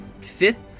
fifth